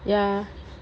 ya